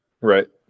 right